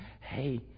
hey